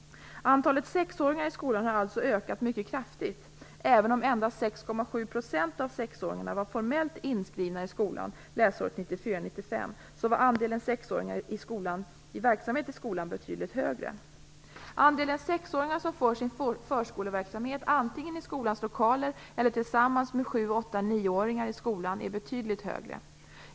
Antalet sexåringar i skolan har alltså ökat mycket kraftigt. Även om endast 6,7 % av sexåringarna var formellt inskrivna i skolan läsåret 1994/95, var andelen sexåringar i verksamhet i skolan betydligt högre. 9-åringar i skolan är betydligt högre.